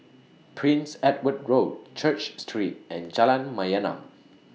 Prince Edward Road Church Street and Jalan Mayaanam